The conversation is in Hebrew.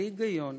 בלי היגיון,